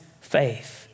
faith